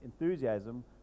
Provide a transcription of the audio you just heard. enthusiasm